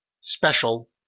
special